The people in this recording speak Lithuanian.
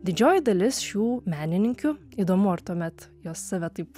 didžioji dalis šių menininkių įdomu ar tuomet jos save taip